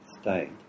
state